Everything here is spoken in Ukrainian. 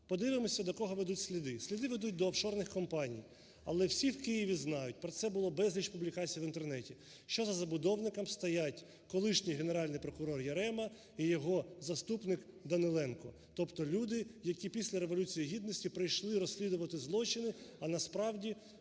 Подивимося до кого ведуть сліди. Сліди ведуть до офшорних компаній, але всі в Києві знають, про це було безліч публікацій в Інтернеті, що за забудовником стоять колишній Генеральний прокурор Ярема і його заступник Даниленко. Тобто люди, які після Революції гідності прийшли розслідувати злочини, а насправді,